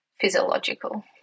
physiological